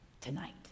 tonight